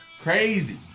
Crazy